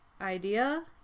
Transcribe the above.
idea